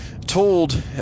told